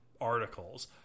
articles